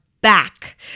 back